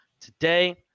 today